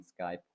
skype